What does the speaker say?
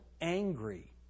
angry